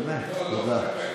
באמת, תודה.